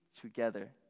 together